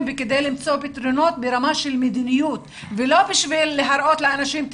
וכדי למצוא פתרונות ברמה של מדיניות ולא בשביל להראות לאנשים,